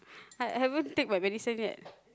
I haven't take my medicine yet